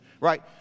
Right